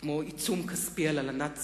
כמו עיצום כספי על הלנת שכר,